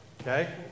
okay